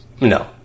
No